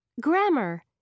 Grammar